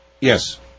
Yes